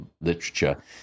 literature